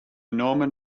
norman